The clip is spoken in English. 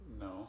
No